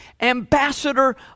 ambassador